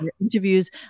interviews